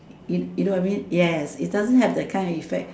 you you know what I mean yes it doesn't have the kind of effect